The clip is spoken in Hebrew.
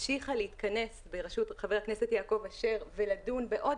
המשיכה להתכנס בראשות ח"כ יעקב אשר ולדון בעוד